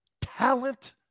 Talent